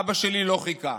אבא שלי לא חיכה.